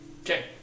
Okay